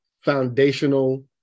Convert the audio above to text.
foundational